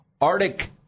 Arctic